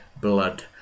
Blood